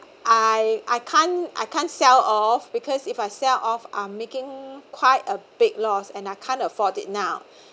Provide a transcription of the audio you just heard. I I can't I can't sell off because if I sell off are making quite a big loss and I can't afford it now